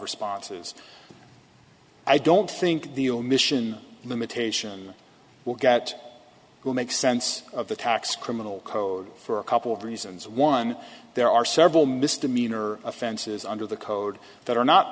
responses i don't think the omission limitation will get will make sense of the tax criminal code for a couple of reasons one there are several misdemeanor offenses under the code that are not